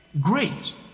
Great